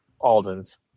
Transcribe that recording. Alden's